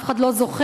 אף אחד לא זוכר,